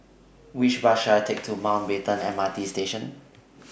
Which Bus should I Take to Mountbatten M R T Station